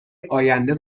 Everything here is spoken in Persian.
آینده